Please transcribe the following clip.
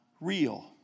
real